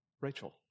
Rachel